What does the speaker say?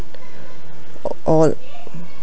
a~ all